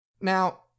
Now